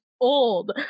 old